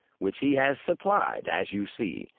which he has supplied, as you see,